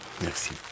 Merci